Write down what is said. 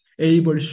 able